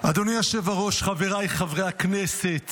אדוני היושב בראש, חבריי חברי הכנסת,